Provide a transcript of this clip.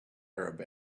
arab